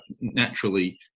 naturally